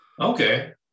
Okay